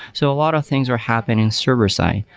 so a lot of things are happening server-side.